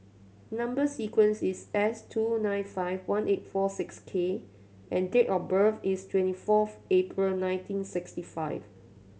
number sequence is S two nine five one eight four six K and date of birth is twenty fourth April nineteen sixty five